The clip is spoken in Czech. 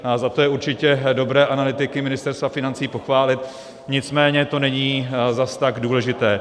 Za to je určitě dobré analytiky Ministerstva financí pochválit, nicméně to není zase tak důležité.